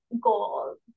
goals